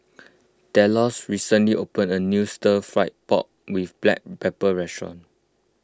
Delos recently opened a new Stir Fry Pork with Black Pepper restaurant